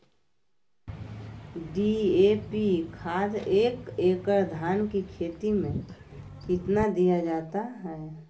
DAP खाद एक एकड़ धान की खेती में कितना दीया जाता है?